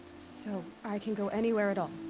so. i can go anywhere at all?